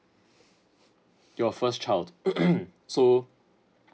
your first child so